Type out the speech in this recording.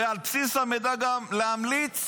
ועל בסיס המידע גם להמליץ